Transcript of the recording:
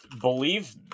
believe